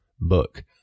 book